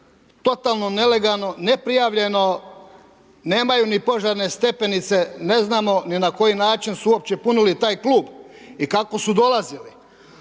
totalno nelegalno neprijavljeno, nemaju ni požarne stepenice, ne znamo ni na koji način su uopće punili taj klub i kako su dolazili.